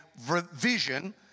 vision